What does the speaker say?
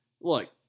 look